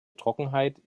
trockenheit